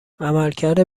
عملکرد